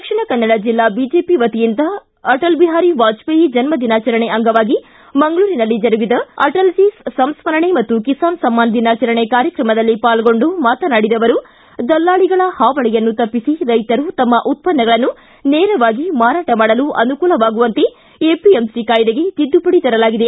ದಕ್ಷಿಣ ಕನ್ನಡ ಜಿಲ್ಲಾ ಐಜೆಪಿ ವತಿಯಿಂದ ಅಟಲ್ ಬಿಹಾರಿ ವಾಜಪೇಯಿ ಜನ್ಮ ದಿನಾಚರಣೆಯ ಅಂಗವಾಗಿ ಮಂಗಳೂರಿನಲ್ಲಿ ಜರುಗಿದ ಆಟಲ್ಜೀ ಸಂಸ್ಕರಣೆ ಮತ್ತು ಕಿಸಾನ್ ಸಮ್ಮಾನ್ ದಿನಾಚರಣೆ ಕಾರ್ಯಕ್ರಮದಲ್ಲಿ ಪಾಲ್ಗೊಂಡು ಮಾತನಾಡಿದ ಅವರು ದಲ್ಲಾಳಿಗಳ ಹಾವಳಿಯನ್ನು ತಪ್ಪಿಸಿ ರೈತರು ತತಮ್ಮ ಉತ್ಪನ್ನಗಳನ್ನು ನೇರವಾಗಿ ಮಾರಾಟ ಮಾಡಲು ಅನುಕೂಲವಾಗುವಂತೆ ಎಪಿಎಂಸಿ ಕಾಯ್ದೆಗೆ ತಿದ್ದುಪಡಿ ತರಲಾಗಿದೆ